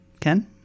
Ken